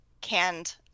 canned